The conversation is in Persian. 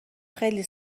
خیلی